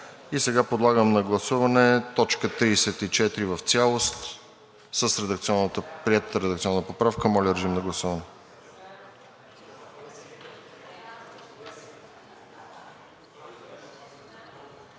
Сега подлагам на гласуване т. 34 в цялост с приетата редакционна поправка. Моля, режим на гласуване.